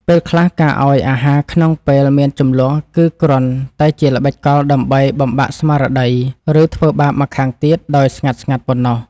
ពេលខ្លះការឱ្យអាហារក្នុងពេលមានជម្លោះគឺគ្រាន់តែជាល្បិចកលដើម្បីបំបាក់ស្មារតីឬធ្វើបាបម្ខាងទៀតដោយស្ងាត់ៗប៉ុណ្ណោះ។